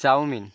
chowmein